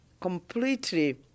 completely